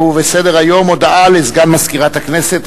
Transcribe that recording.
ובסדר-היום הודעה לסגן מזכירת הכנסת.,